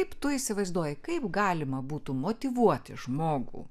kaip tu įsivaizduoji kaip galima būtų motyvuoti žmogų